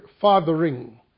fathering